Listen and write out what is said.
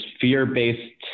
fear-based